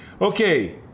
Okay